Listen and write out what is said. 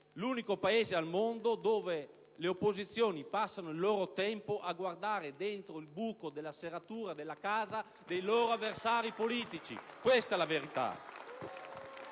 l'unico Paese al mondo in cui le opposizioni passano il loro tempo a guardare dentro il buco della serratura della casa dei loro avversari politici. Questa la verità.